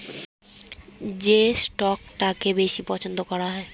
যে স্টকটাকে বেশি পছন্দ করা হয়